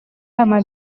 ама